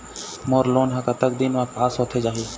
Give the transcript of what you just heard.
मोर loan हा कतक दिन मा पास होथे जाही?